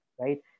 right